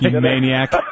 maniac